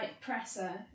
presser